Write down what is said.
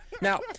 Now